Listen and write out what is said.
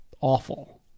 awful